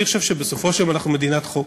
אני חושב שבסופו של יום אנחנו מדינת חוק,